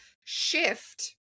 shift